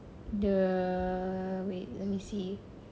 the wait let me see